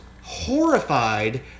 Horrified